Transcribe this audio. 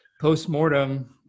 post-mortem